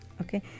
Okay